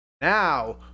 Now